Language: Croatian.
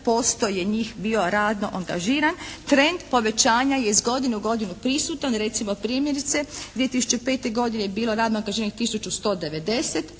71% je njih bio radno angažiran. Trend povećanja je iz godine u godinu prisutan. Recimo primjerice 2005. godine je bilo radno angažiranih 1190,